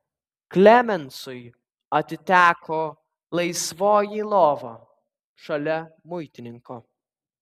klemensui atiteko laisvoji lova šalia muitininko